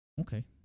Okay